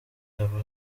haba